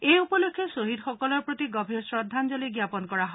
এই উপলক্ষে শ্বহীদসকলৰ প্ৰতি গভীৰ শ্ৰদ্ধাঞ্জলি জাপন কৰা হয়